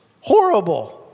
horrible